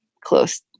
close